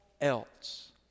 else